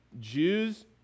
Jews